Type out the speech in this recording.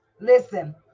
Listen